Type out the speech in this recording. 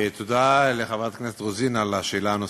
תודה לחברת הכנסת רוזין על השאלה הנוספת.